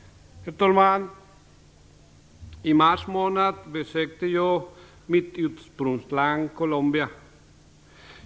Herr talman! I mars månad besökte jag mitt ursprungsland Colombia.